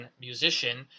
musician